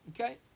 Okay